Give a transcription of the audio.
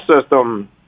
system